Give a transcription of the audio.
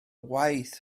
waith